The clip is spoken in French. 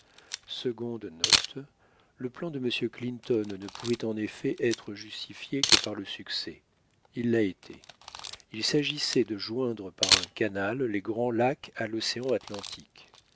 le plan de m clinton ne pouvait en effet être justifié que par le succès il l'a été il s'agissait de joindre par un canal les grands lacs à l'océan atlantique